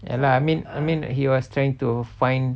ya lah I mean I mean he was trying to find